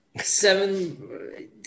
Seven